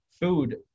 food